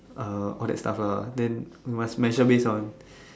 uh all that stuff lah then must measure based on